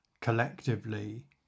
collectively